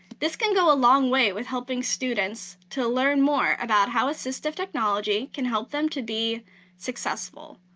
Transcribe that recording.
this can go a long way with helping students to learn more about how assistive technology can help them to be successful.